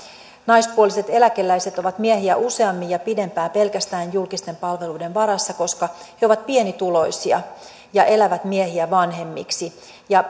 naispuoliset eläkeläiset ovat miehiä useammin ja pidempään pelkästään julkisten palveluiden varassa koska he ovat pienituloisia ja elävät miehiä vanhemmiksi ja